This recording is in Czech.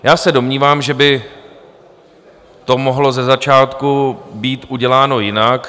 Já se domnívám, že by to mohlo být ze začátku být uděláno jinak.